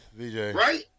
Right